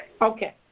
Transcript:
Okay